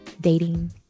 dating